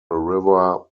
river